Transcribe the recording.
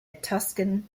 tuscan